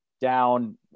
down –